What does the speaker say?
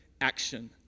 action